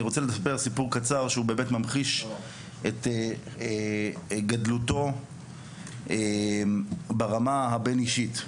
אני רוצה לספר סיפור קצר שהוא באמת ממחיש את גדלותו ברמה הבין-אישית.